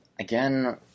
Again